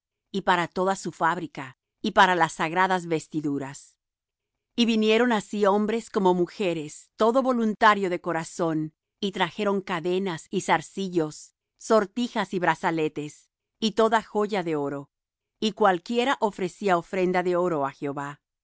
y para toda su fábrica y para las sagradas vestiduras y vinieron así hombres como mujeres todo voluntario de corazón y trajeron cadenas y zarcillos sortijas y brazaletes y toda joya de oro y cualquiera ofrecía ofrenda de oro á jehová